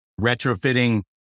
retrofitting